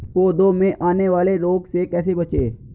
पौधों में आने वाले रोग से कैसे बचें?